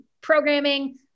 programming